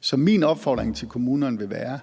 Så min opfordring til kommunerne vil være